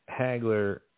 Hagler